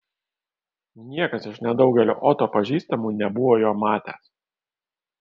niekas iš nedaugelio oto pažįstamų nebuvo jo matęs